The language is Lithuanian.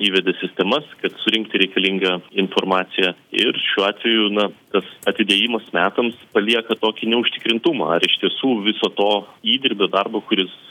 įvedė sistemas kad surinkti reikalingą informaciją ir šiuo atveju na tas atidėjimas metams palieka tokį neužtikrintumą ar ištisų viso to įdirbio darbo kuris